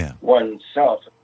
oneself